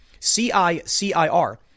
CICIR